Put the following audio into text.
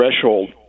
threshold